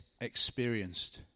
experienced